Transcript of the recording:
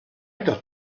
got